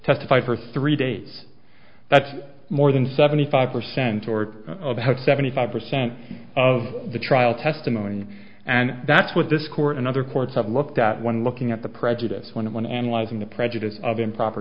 testified for three days that's more than seventy five percent or seventy five percent of the trial testimony and that's what this court and other courts have looked at when looking at the prejudice when it when analyzing the prejudice of improper